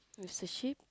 is the sheep